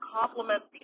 complements